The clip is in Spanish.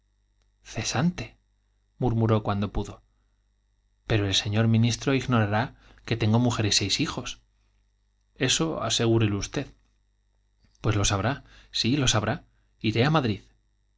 cesante murmuró cuando pudo pero el señor ministro ignorará que tengo mujer y seis hijos eso asegúrelo usted pues lo sabrá sí lo sabrá j iré á madrid